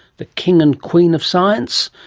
the king and queen of science,